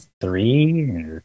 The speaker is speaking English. three